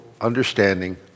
understanding